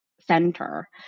center